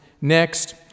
next